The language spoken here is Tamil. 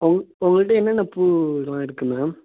உங்க உங்கள்ட்ட என்னென்ன பூ எல்லாம் இருக்குது மேம்